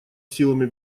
силами